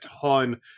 ton